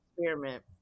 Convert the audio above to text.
experiment